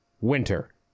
winter